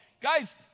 Guys